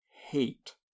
hate